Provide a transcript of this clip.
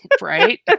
Right